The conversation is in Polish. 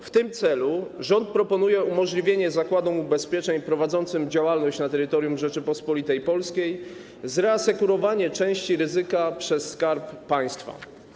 W tym celu rząd proponuje umożliwienie zakładom ubezpieczeń prowadzącym działalność na terytorium Rzeczypospolitej Polskiej reasekurowanie części ryzyka przez Skarb Państwa.